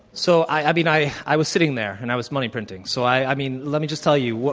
so, i i mean, i i was sitting there. and i was money printing. so, i mean, let me just tell you,